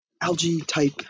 algae-type